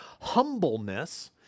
humbleness